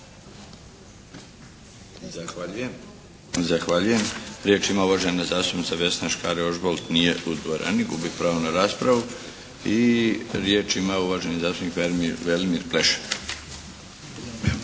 Zahvaljujem. Riječ ima uvažena zastupnica Vesna Škare-Ožbolt. Nije u dvorani. Gubi pravo na raspravu. I riječ ima uvaženi zastupnik Velimir,